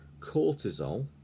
cortisol